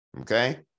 okay